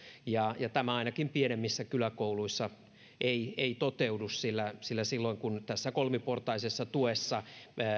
ja ja tämä ainakaan pienemmissä kyläkouluissa ei ei toteudu sillä sillä silloin kun tässä kolmiportaisessa tuessa